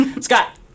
Scott